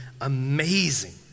amazing